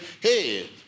Hey